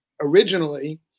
originally